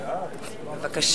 אנסטסיה מיכאלי, בבקשה.